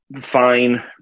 fine